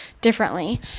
differently